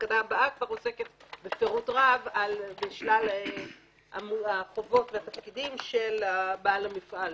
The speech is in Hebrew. התקנה הבאה עוסקת בפירוט רב בשלל החובות והתפקידים של בעל המפעל,